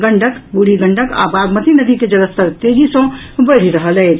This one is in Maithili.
गंडक बूढ़ी गंडक आ बागमती नदी के जलस्तर तेजी सॅ बढ़ि रहल अछि